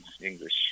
English